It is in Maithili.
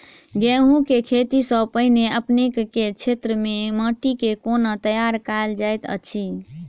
गेंहूँ केँ खेती सँ पहिने अपनेक केँ क्षेत्र मे माटि केँ कोना तैयार काल जाइत अछि?